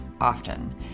often